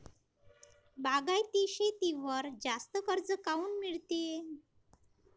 बागायती शेतीवर जास्त कर्ज काऊन मिळते?